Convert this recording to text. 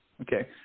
Okay